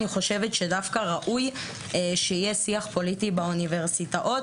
אני חושבת שראוי שיהיה שיח פוליטי באוניברסיטאות,